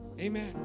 Amen